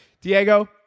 Diego